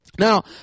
Now